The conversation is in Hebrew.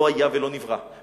לא היה ולא נברא.